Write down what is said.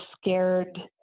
scared